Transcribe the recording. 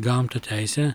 gavom tą teisę